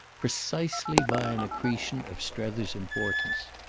precisely by an accretion of strether's importance.